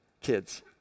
kids